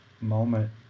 moment